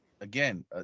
Again